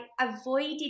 avoided